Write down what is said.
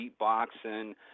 beatboxing